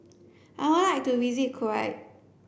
I would like to visit Kuwait